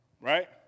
Right